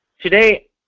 Today